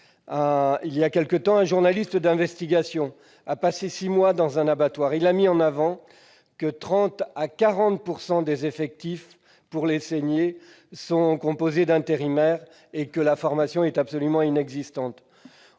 des cadences. Un journaliste d'investigation ayant passé six mois dans un abattoir a souligné que 30 % à 40 % des effectifs pour les saignées sont composés d'intérimaires et que la formation est absolument inexistante.